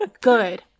good